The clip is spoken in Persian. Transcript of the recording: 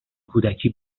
کودکی